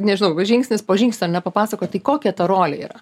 nežinau va žingsnis po žingsnio ane papasakoti kokia ta rolė yra